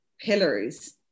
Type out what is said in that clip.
pillars